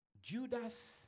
Judas